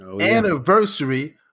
anniversary